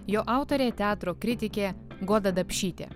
jo autorė teatro kritikė goda dapšytė